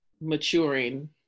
maturing